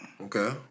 Okay